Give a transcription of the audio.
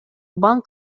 банк